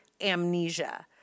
amnesia